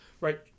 right